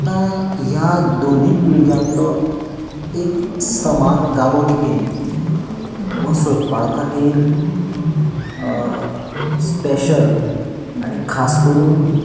आतां ह्या दोनी पिळग्यांतलो एक समान गाबो कितें हो सोदपा खातीर स्पेशल आनी खास करून